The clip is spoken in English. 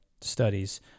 studies